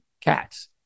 cats